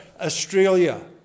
Australia